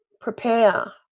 Prepare